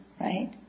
Right